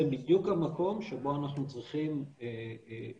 זה בדיוק המקום שבו אנחנו צריכים לשמוע